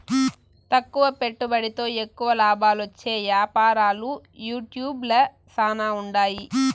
తక్కువ పెట్టుబడితో ఎక్కువ లాబాలొచ్చే యాపారాలు యూట్యూబ్ ల శానా ఉండాయి